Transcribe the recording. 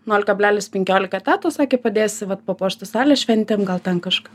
nuol kablelis penkiolika etato sakė padėsi vat papuošti salę šventėm gal ten kažką